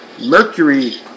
Mercury